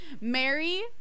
Mary